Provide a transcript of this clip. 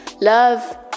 love